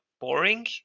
boring